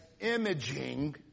imaging